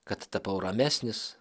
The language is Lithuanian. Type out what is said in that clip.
kad tapau ramesnis